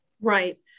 Right